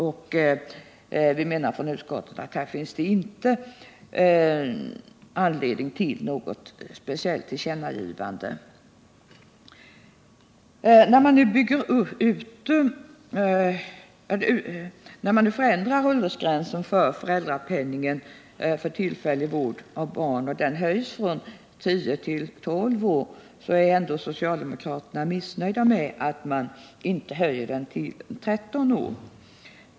Utskottet menar att det inte finns anledning till något speciellt tillkännagivande här. När åldersgränsen för föräldrapenningen för tillfällig vård av barn nu höjs från 10 till 12 år är socialdemokraterna missnöjda med att den inte höjs till 13 år.